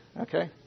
Okay